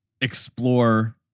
explore